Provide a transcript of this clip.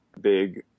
big